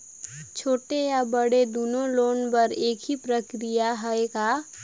छोटे या बड़े दुनो लोन बर एक ही प्रक्रिया है का?